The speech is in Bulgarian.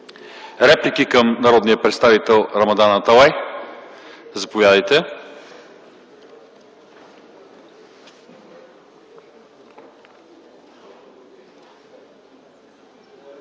Реплики към народния представител Рамадан Аталай. Заповядайте